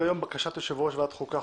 על סדר-היום: בקשת יושב-ראש ועדת החוקה,